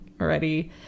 already